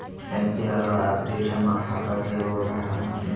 FD आरो RD जमा खाता के एगो उदाहरण हय